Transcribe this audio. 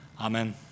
Amen